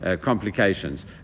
complications